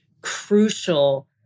crucial